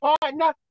Partner